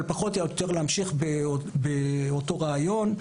אבל פחות או יותר להמשיך באותו רעיון.